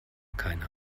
keiner